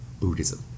Buddhism